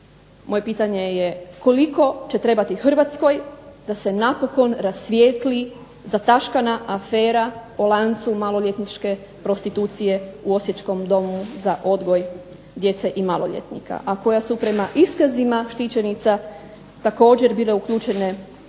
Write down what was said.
Moje pitanje je koliko će trebati Hrvatskoj da se napokon rasvijetli zataškana afera o lancu maloljetničke prostitucije u osječkom domu za odgoj djece i maloljetnika, a koja su prema iskazima štićenica također bile uključene osobe